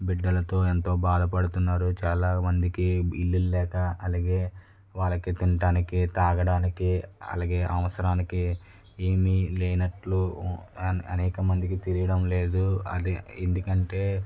బిడ్డలతో ఎంతో బాధపడుతున్నారు చాలా మందికి ఇళ్ళు లేక అలాగే వాళ్ళకి తినటానికి తాగడానికి అలాగే అవసరానికి ఏమీ లేనట్టు అనేక మందికి తెలియడం లేదు అది ఎందుకంటే